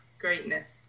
greatness